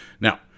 Now